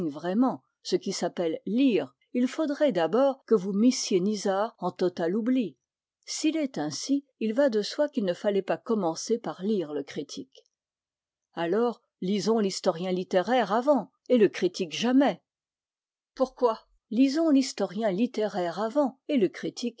vraiment ce qui s'appelle lire il faudrait d'abord que vous missiez nisard en total oubli s'il est ainsi il va de soi qu'il ne fallait pas commencer par lire le critique alors lisons l'historien littéraire avant et le critique jamais pourquoi lisons l'historien littéraire avant et le critique